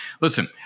listen